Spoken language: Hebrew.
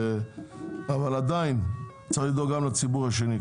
אבל עדיין, צריך לדאוג גם לציבור השני.